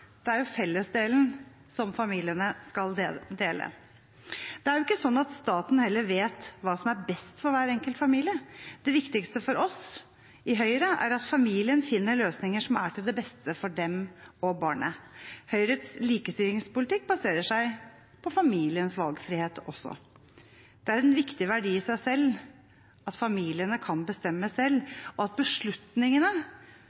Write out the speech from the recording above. Det er jo fellesdelen som familien skal dele. Det er heller ikke sånn at staten vet hva som er best for hver enkelt familie. Det viktigste for oss i Høyre er at familien finner løsninger som er til det beste for dem og barnet. Høyres likestillingspolitikk baserer seg på familiens valgfrihet også. Det er en viktig verdi i seg selv at familiene kan